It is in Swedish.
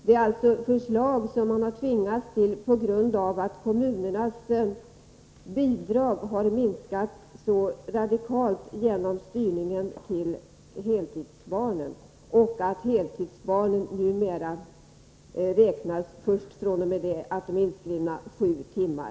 Det är alltså förslag som framtvingats på grund av att kommunernas bidrag så radikalt har minskat genom styrningen till heltidsbarn och genom att barnen räknas som heltidsbarn först fr.o.m. att de är inskrivna sju timmar.